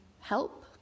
help